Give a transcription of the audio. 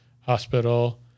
hospital